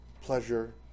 Pleasure